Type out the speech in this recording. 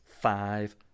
five